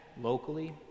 locally